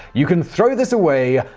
you can throw this away.